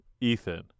Ethan